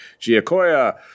Giacoya